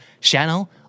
Channel